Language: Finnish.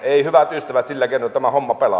ei hyvät ystävät sillä keinoin tämä homma pelaa